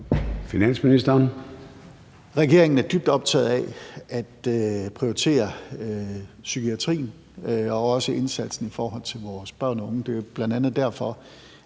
Regeringen er dybt optaget af at prioritere psykiatrien og også indsatsen i forhold til vores børn og unge.